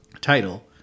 Title